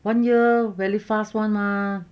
one year very fast one mah